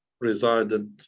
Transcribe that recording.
resided